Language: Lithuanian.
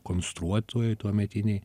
konstruotojai tuometiniai